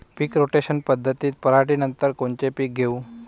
पीक rotation पद्धतीत पराटीनंतर कोनचे पीक घेऊ?